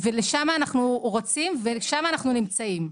ולשם אנחנו רוצים ושם אנחנו נמצאים.